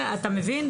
אתה מבין?